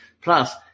Plus